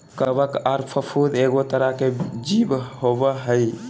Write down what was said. कवक आर फफूंद एगो तरह के जीव होबय हइ